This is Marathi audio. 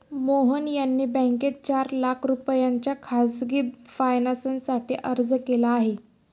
मोहन यांनी बँकेत चार लाख रुपयांच्या खासगी फायनान्ससाठी अर्ज केला आहे